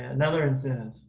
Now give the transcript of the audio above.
another incentive.